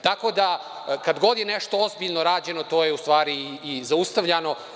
Tako da kad god je nešto ozbiljno rađeno, to je u stvari i zaustavljano.